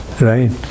right